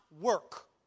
work